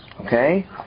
Okay